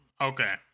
okay